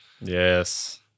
Yes